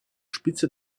spitze